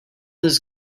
this